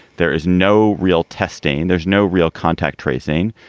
there is no real testing. there's no real contact tracing.